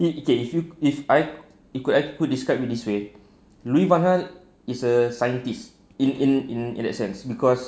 okay if I could if I could describe it this way louis van gaal is a scientist in in in that sense cause